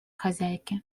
хозяйке